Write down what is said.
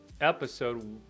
episode